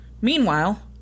meanwhile